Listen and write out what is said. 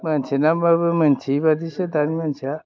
मिन्थिनाब्लाबो मिन्थियै बादिसो दानि मानसिया